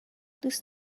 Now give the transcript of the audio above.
دوست